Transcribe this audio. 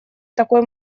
такой